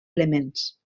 elements